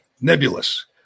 nebulous